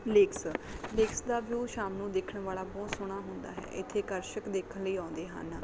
lakes lakes ਦਾ view ਸ਼ਾਮ ਨੂੰ ਦੇਖਣ ਵਾਲਾ ਬਹੁਤ ਸੋਹਣਾ ਹੁੰਦਾ ਹੈ ਇੱਥੇ ਅਕਰਸ਼ਕ ਦੇਖਣ ਲਈ ਆਉਂਦੇ ਹਨ